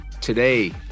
today